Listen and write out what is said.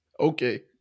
Okay